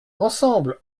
ensemble